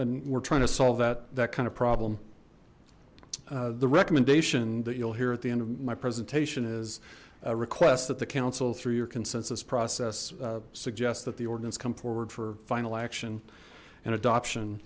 and we're trying to solve that that kind of problem the recommendation that you'll hear at the end of my presentation is a request that the council through your consensus process suggest that the ordinance come forward for final action and adoption